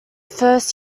first